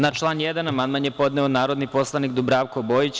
Na član 1. amandman je podneo narodni poslanik Dubravko Bojić.